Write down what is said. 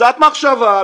קצת מחשבה,